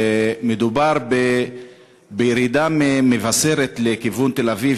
מדובר בירידה ממבשרת לכיוון תל-אביב,